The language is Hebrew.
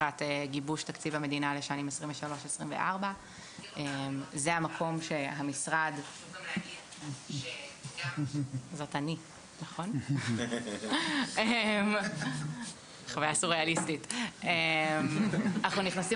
לקראת גיבוש תקציב המדינה לשנים 2024-2023. אנחנו נכנסים